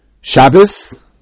Shabbos